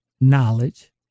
knowledge